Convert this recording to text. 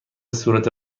صورت